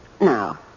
No